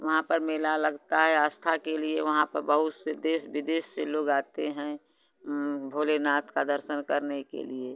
वहाँ पर मेला लगता है आस्था के लिए वहाँ पा बहुत से देश विदेश से लोग आते हैं भोलेनाथ का दर्शन करने के लिए